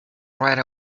right